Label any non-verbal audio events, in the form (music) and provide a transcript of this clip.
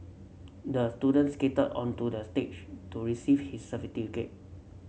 the student skated onto the stage to receive his (unintelligible)